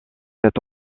cet